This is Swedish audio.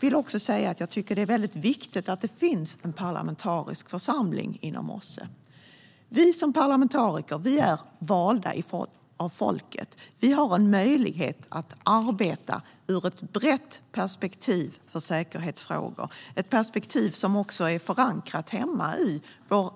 Det är viktigt att det finns en parlamentarisk församling inom OSSE. Vi som parlamentariker är valda av folket. Vi har en möjlighet att arbeta i ett brett perspektiv för säkerhetsfrågor, ett perspektiv som också är förankrat i våra